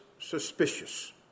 suspicious